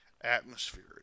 atmosphere